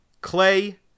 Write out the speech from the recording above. Clay